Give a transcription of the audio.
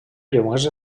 llengües